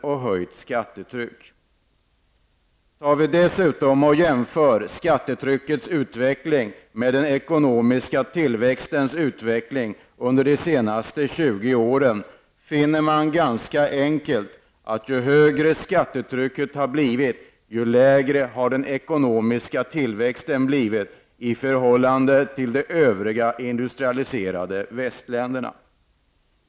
Om man dessutom jämför skattetryckets utveckling med den ekonomiska tillväxtens utveckling under det senaste 20 åren, finner man ganska enkelt att ju högre skattetrycket har blivit, desto lägre har den ekonomiska tillväxten blivit i förhållande till övriga industrialiserade västländer.